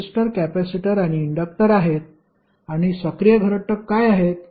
हे resistor capacitor आणि inductor आहेत आणि सक्रिय घटक काय आहेत